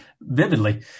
vividly